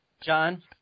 John